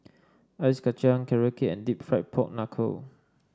Ice Kacang Carrot Cake and deep fried Pork Knuckle